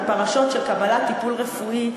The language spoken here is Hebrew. בפרשות של קבלת טיפול רפואי,